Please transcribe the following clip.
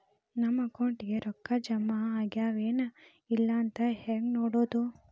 ನಮ್ಮ ಅಕೌಂಟಿಗೆ ರೊಕ್ಕ ಜಮಾ ಆಗ್ಯಾವ ಏನ್ ಇಲ್ಲ ಅಂತ ಹೆಂಗ್ ನೋಡೋದು?